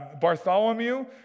Bartholomew